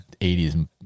80s